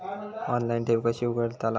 Online ठेव कशी उघडतलाव?